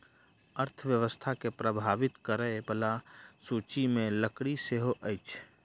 अर्थव्यवस्था के प्रभावित करय बला सूचि मे लकड़ी सेहो अछि